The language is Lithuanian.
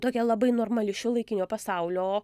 tokia labai normali šiuolaikinio pasaulio